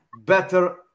better